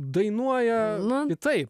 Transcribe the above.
dainuoja taip